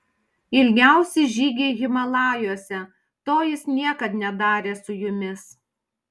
ilgiausi žygiai himalajuose to jis niekad nedarė su jumis